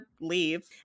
leave